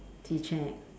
tea check